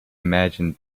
imagine